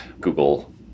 Google